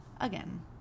again